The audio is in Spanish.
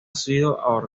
sido